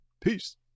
Peace